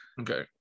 Okay